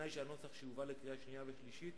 בתנאי שהנוסח שיובא לקריאה השנייה והשלישית